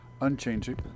unchanging